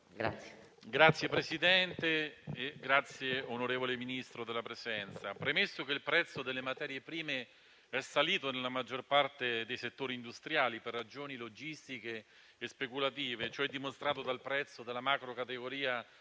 Signor Presidente, onorevole Ministro, il prezzo delle materie prime è salito nella maggior parte dei settori industriali per ragioni logistiche e speculative. Ciò è dimostrato dal prezzo della macro categoria